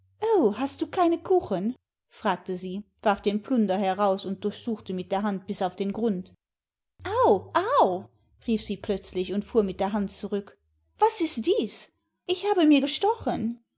hast du keine kuchen fragte sie warf den plunder heraus und durchsuchte mit der hand bis auf den grund au au rief sie plötzlich und fuhr mit der hand zurück was ist dies ich habe mir gestochen